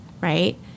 right